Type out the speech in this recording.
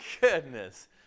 goodness